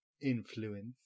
influence